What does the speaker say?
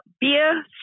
beer